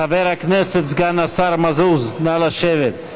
חבר הכנסת סגן השר מזוז, נא לשבת.